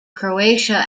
croatia